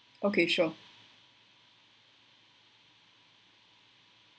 okay sure